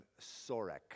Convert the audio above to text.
Sorek